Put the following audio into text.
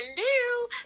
hello